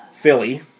Philly